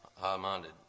high-minded